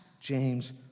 James